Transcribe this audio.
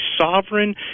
sovereign